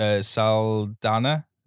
Saldana